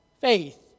faith